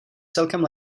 celkem